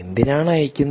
എന്തിനാണ് അയക്കുന്നത്